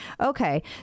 Okay